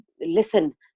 listen